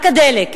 רק הדלק.